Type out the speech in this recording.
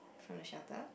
from the shelter